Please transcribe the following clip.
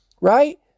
right